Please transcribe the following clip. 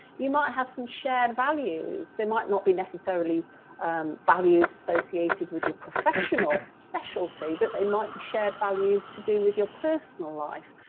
you might have some shared values, they might not be necessarily values associated with your professional specialty but they might be shared values to do with your personal life.